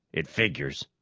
it figures.